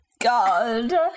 god